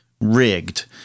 rigged